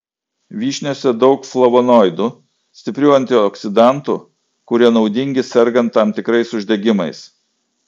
vyšniose daug flavonoidų stiprių antioksidantų kurie naudingi sergant tam tikrais uždegimais